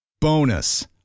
Bonus